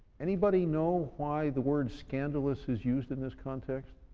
anybody know why the word scandalous is used in this context?